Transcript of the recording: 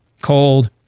cold